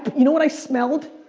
you know what i smelled?